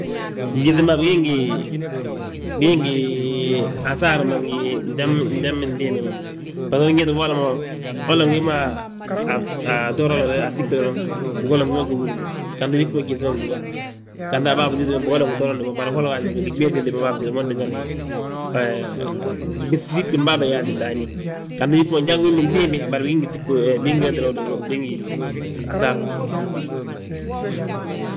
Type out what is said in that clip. Gyíŧi ma bigí ngi asaar ma njal bintimbi ma, bboso unwéeti boli mo hala ngi gi ma a taarale, a giŧib doroŋ, bigolla ngi ma gúbur mo. Ganti bii ggí mo gyíŧi ma bindúba, ganti a bàa bitidi ma bàa bigolla ngi toorandi mo, bari wola gaaji ma bingi ɓéeŧindi mo bàa bitida, wi ma ntíngani giŧiɓi mbagi bà yaati ndaani, ganti njan bintimbi. Bari bigi ngi ŧiɓe, bingi wentele uduulu, bigii asaru uduulu a bàà ma.